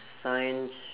science